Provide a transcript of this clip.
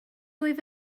wyf